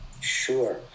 Sure